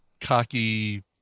cocky